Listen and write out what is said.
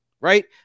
right